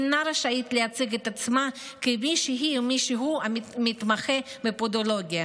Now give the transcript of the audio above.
הם אינם רשאים לייצג את עצמם כמישהי או מישהו המתמחים בפודולוגיה.